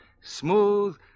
smooth